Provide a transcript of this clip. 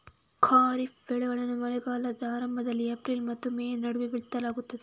ಖಾರಿಫ್ ಬೆಳೆಗಳನ್ನು ಮಳೆಗಾಲದ ಆರಂಭದಲ್ಲಿ ಏಪ್ರಿಲ್ ಮತ್ತು ಮೇ ನಡುವೆ ಬಿತ್ತಲಾಗ್ತದೆ